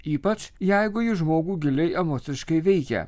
ypač jeigu ji žmogų giliai emociškai veikia